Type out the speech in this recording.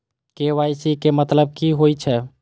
KYC के मतलब की होई छै?